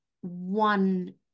one